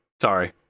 Sorry